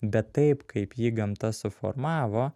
bet taip kaip jį gamta suformavo